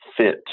fit